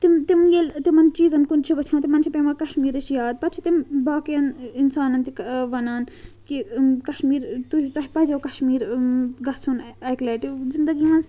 تِم تِم ییٚلہِ تِمَن چیٖزَن کُن چھِ وٕچھان تِمَن چھِ پیٚوان کَشمیٖرٕچ یاد پَتہٕ چھِ تِم باقیَن اِنسانَن تہِ وَنان کہِ کَشمیٖر تُہۍ تۄہہِ پَزیو کَشمیٖر گَژھُن اَکہِ لَٹہِ زِندگی منٛز